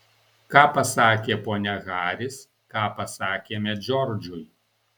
ką pasakė ponia haris ką pasakėme džordžui